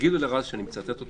זו